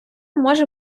може